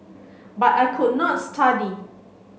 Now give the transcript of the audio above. but I could not study